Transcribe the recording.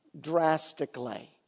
drastically